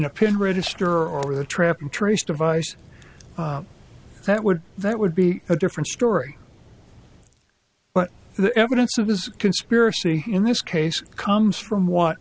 a pin register or the trap and trace device that would that would be a different story but the evidence of this conspiracy in this case comes from what